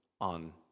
on